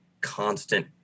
constant